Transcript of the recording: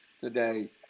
today